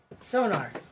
Sonar